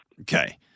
okay